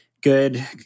Good